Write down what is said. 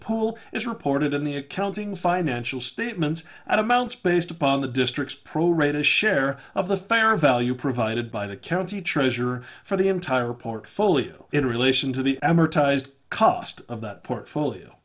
poll is reported in the accounting financial statements and amounts based upon the district's pro rata share of the fair value provided by the county treasurer for the entire portfolio in relation to the amortized cost of that portfolio